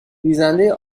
ریزنده